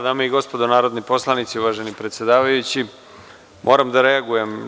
Dame i gospodo, narodni poslanici, uvaženi predsedavajući, moram da reagujem.